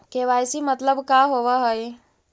KYC मतलब का होव हइ?